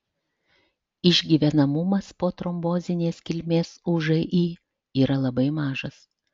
išgyvenamumas po trombozinės kilmės ūži yra labai mažas